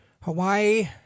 Hawaii